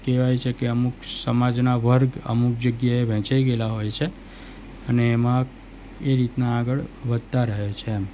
કહેવાય છે કે અમુક સમાજના વર્ગ અમુક જગ્યાએ વહેંચાઈ ગયેલા હોય છે અને એમાં એ રીતના આગળ વધતા રહે છે એમ